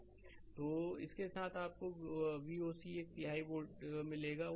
slide समय देखें 2342 तो इसके साथ आपको वो Voc एक तिहाई वोल्ट मिलेगा